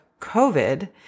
COVID